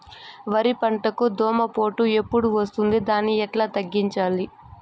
వరి పంటకు దోమపోటు ఎప్పుడు వస్తుంది దాన్ని ఎట్లా తగ్గించాలి?